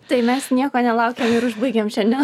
tai mes nieko nelaukę ir užbaigiam šiandien